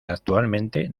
actualmente